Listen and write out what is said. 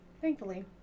Thankfully